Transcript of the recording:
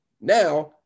now